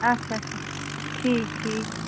اچھا اچھا ٹھیٖک ٹھیٖک